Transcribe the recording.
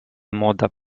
mandat